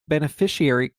beneficiary